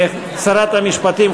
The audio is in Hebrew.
שרת המשפטים,